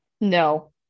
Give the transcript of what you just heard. No